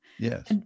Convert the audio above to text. Yes